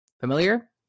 Familiar